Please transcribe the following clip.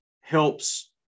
helps